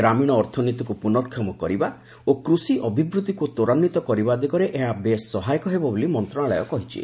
ଗ୍ରାମୀଣ ଅର୍ଥନୀତିକୁ ପୁର୍ନକ୍ଷମ କରିବା ଓ କୃଷି ଅଭିବୃଦ୍ଧିକୁ ତ୍ୱରାନ୍ୱିତ କରିବା ଦିଗରେ ଏହା ବେଶ୍ ସହାୟକ ହେବ ବୋଲି ମନ୍ତ୍ରଣାଳୟ କହିଛି